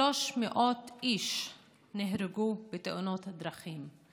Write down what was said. כ-300 איש נהרגו בתאונות דרכים,